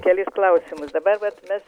kelis klausimus dabar vat mes